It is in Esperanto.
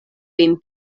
lin